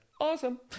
Awesome